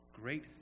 great